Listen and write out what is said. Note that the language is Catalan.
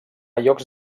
llocs